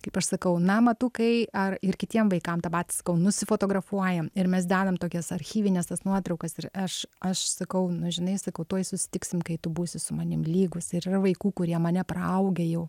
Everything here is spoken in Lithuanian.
kaip aš sakau na matukai ar ir kitiem vaikam tą patį sakau nusifotografuojam ir mes dedam tokias archyvines tas nuotraukas ir aš aš sakau nu žinai sakau tuoj susitiksim kai tu būsi su manim lygūs ir yra vaikų kurie mane praaugę jau